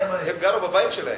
הם גרו בבית שלהם.